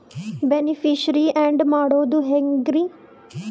Beneficiary, add ಮಾಡೋದು ಹೆಂಗ್ರಿ?